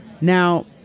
Now